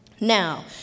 Now